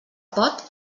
pot